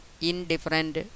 indifferent